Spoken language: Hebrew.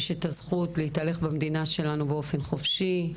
יש את הזכות להתהלך במדינה שלנו באופן חופשי,